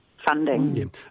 Funding